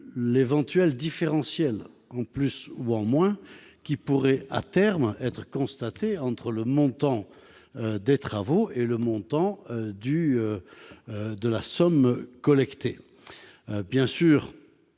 l'éventuel différentiel, en plus ou en moins, qui pourrait à terme être constaté entre le montant des travaux et les sommes collectées. Des